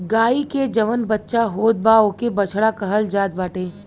गाई के जवन बच्चा होत बा ओके बछड़ा कहल जात बाटे